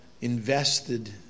invested